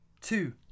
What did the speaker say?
Two